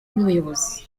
n’ubuyobozi